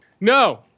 No